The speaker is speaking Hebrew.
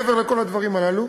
מעבר לכל הדברים הללו,